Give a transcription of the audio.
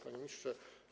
Panie Ministrze!